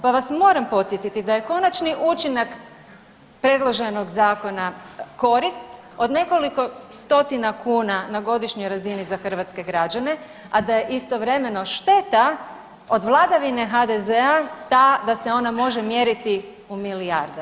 Pa vas moram podsjetiti da je konačni učinak predloženog zakona korist od nekoliko stotina kuna na godišnjoj razini za hrvatske građane, a da je istovremeno šteta od vladavine HDZ-a ta da se ona može mjeriti u milijardama.